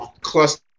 cluster